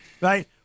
right